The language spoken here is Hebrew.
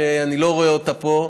שאני לא רואה אותה פה,